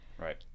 Right